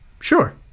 Sure